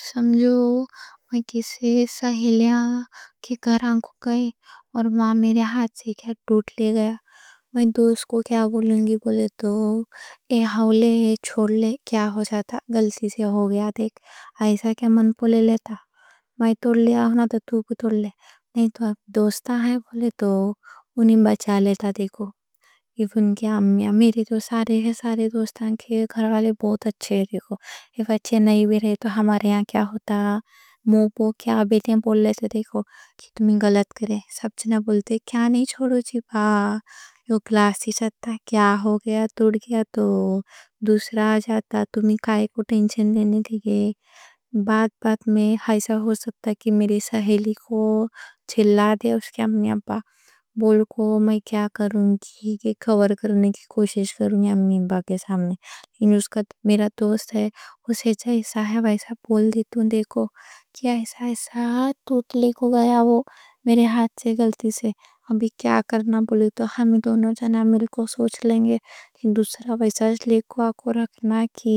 سمجھو، میں کِسی سہیلیاں کے گھران کو گئی، اور میرے ہاتھ سے کیا ٹوٹ لے گیا۔ میں دوست کو کیا بولیںگی، بولے تو، ایہ ہولے، ایہ چھوڑ لے، کیا ہو جاتا؟ غلطی سے ہو گیا، دیکھ، ایسا کیا من پلے لیتا۔ میں ٹوڑ لیا آہونا تو تو بھی ٹوڑ لے، نہیں تو اب دوستاں ہیں، بولے تو، انہیں بچا لیتا، دیکھو۔ میرے تو سارے دوستاں کے گھر والے بہت اچھے ہیں، دیکھو۔ اے بچے نئے بھی رہے تو ہمارے ہاں کیا ہوتا؟ میں ٹوڑ لے آہونا، ٹوڑ لے آہونا، ٹوڑ لے، دیکھو۔ کیا ایسا ایسا، ٹوٹ لیک ہو گیا، وہ میرے ہاتھ سے، غلطی سے۔ با او گلّاسی ساتھا کیا ہو گیا؟ ٹوڑ گیا تو دوسرا آ جاتا؛ تمہیں کائیں کوں ٹینشن دینے؟ دیگے بات بات میں ایسا ہو سکتا کہ میری سہیلی کو چھلا دے، اس کے امی ابا بول کو، میں کیا کروں گی؟ خوش کرنے کی کوشش کروں گی۔ امی ابا کے سامنے، میرا دوست ہے، اسے جیسا ہے ویسا بول دیتا ہوں، دیکھو۔ ابھی کیا کرنا، بولے تو، ہم دونوں جانا، مل کو سوچ لیں گے۔ دوسرا ویسا لیک ہو، آپ کو رکھنا کی